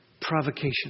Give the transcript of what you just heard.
provocation